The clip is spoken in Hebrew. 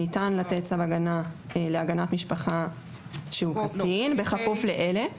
ניתן לתת צו הגנה להגנת משפחה של קטין בכפוף לאלה.